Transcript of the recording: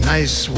Nice